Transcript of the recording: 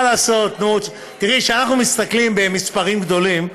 מה לעשות, נו, כשאנחנו מסתכלים במספרים גדולים,